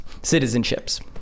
citizenships